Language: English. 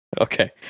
Okay